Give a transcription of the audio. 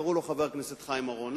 וקראו לו חבר הכנסת חיים אורון.